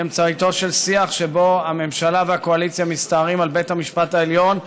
באמצעיתו של שיח שבו הממשלה והקואליציה מסתערים על בית המשפט העליון,